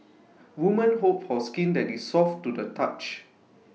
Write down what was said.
women hope for skin that is soft to the touch